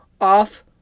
off